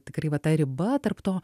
tikrai va ta riba tarp to